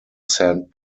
saint